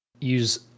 use